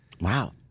Wow